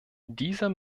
dieser